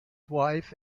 wife